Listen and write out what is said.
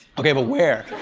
okay, but where?